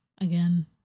Again